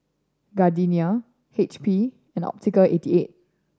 Gardenia H P and Optical eighty eight